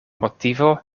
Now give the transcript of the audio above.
motivo